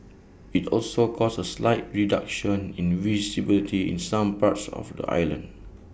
IT also caused A slight reduction in visibility in some parts of the island